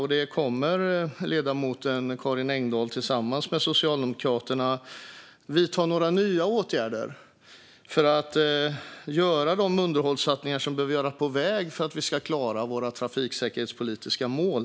Den är: Kommer ledamoten Karin Engdahl tillsammans med Socialdemokraterna att vidta några nya åtgärder för att göra de underhållssatsningar som behöver göras på väg för att vi ska klara våra trafiksäkerhetspoliska mål?